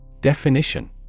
Definition